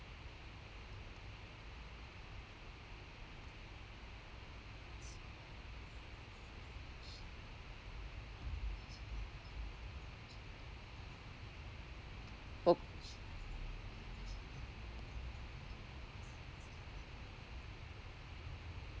oh